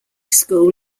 school